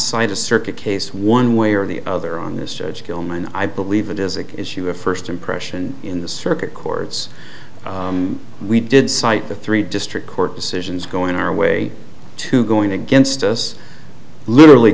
a circuit case one way or the other on this judge tillman i believe it is an issue of first impression in the circuit courts and we did cite the three district court decisions going our way to going against us literally